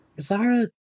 Zara